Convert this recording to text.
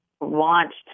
launched